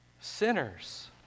sinners